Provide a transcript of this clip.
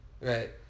Right